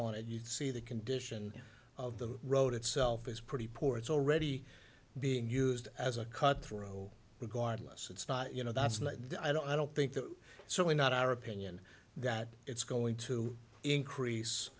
on it you'd see the condition of the road itself is pretty poor it's already being used as a cut throat regardless it's not you know that's like i don't i don't think that so we're not our opinion that it's going to increase